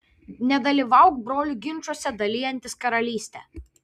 nedalyvauk brolių ginčuose dalijantis karalystę